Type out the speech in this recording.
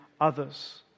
others